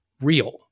real